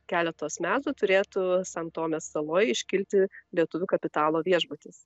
keletos metų turėtų san tomės saloj iškilti lietuvių kapitalo viešbutis